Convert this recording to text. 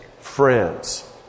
friends